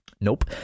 Nope